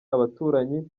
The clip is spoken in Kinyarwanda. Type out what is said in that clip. abaturanyi